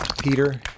Peter